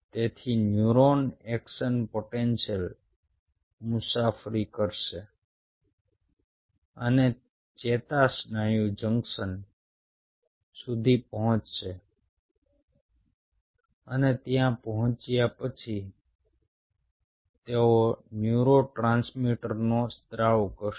તેથી neuron action potential મુસાફરી કરશે અને ચેતાસ્નાયુ જંકશન સુધી પહોંચશે અને ત્યાં પહોંચ્યા પછી તેઓ ન્યુરોટ્રાન્સમીટરનો સ્ત્રાવ કરશે